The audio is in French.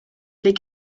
les